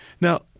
Now